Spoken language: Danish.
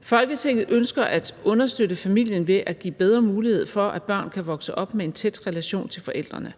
Folketinget ønsker at understøtte familien ved at give bedre mulighed for, at børn kan vokse op med en tæt relation til forældrene.